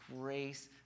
grace